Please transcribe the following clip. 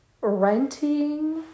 renting